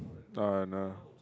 uh no